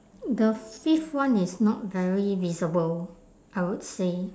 the fifth one is not very visible I would say